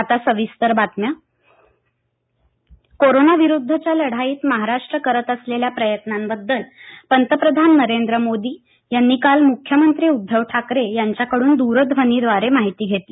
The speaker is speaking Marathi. पंतप्रधानांकड्न राज्याचं कौतक कोरोनाविरुद्धच्या लढाईत महाराष्ट्र करत असलेल्या प्रयत्नांबद्दल पंतप्रधान नरेंद्र मोदी यांनी काल मुख्यमंत्री उद्घव ठाकरे यांच्याकडून दूरध्वनीद्वारे माहिती घेतली